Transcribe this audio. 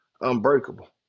Unbreakable